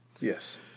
Yes